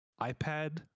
iPad